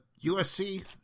USC